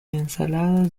ensaladas